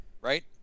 Right